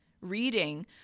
reading